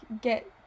get